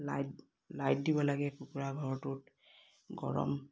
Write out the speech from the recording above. light light দিব লাগে কুকুৰা ঘঁৰটোত গৰম